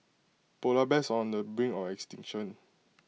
Polar Bears on the brink of extinction